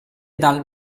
dal